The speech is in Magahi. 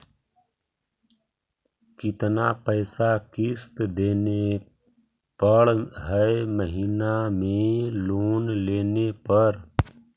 कितना पैसा किस्त देने पड़ है महीना में लोन लेने पर?